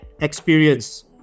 experience